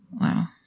wow